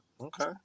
Okay